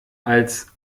als